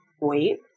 wait